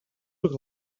look